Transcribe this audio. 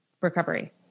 recovery